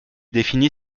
définit